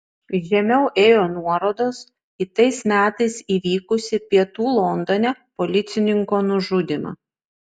žemiau ėjo nuorodos į tais metais įvykusį pietų londone policininko nužudymą